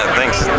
Thanks